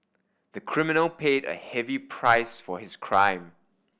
the criminal paid a heavy price for his crime